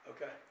Okay